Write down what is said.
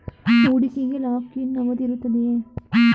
ಹೂಡಿಕೆಗೆ lock in ಅವಧಿ ಇರುತ್ತದೆಯೇ?